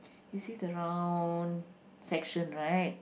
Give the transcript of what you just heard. you see the round section right